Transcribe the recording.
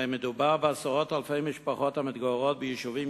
הרי מדובר בעשרות אלפי משפחות המתגוררות ביישובים